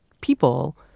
people